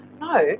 no